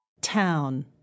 Town